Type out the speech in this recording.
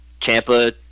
Champa